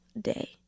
day